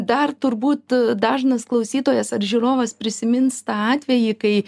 dar turbūt dažnas klausytojas ar žiūrovas prisimins tą atvejį kai